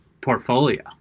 portfolio